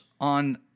on